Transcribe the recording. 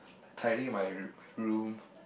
tidy up my my room